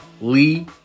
Lee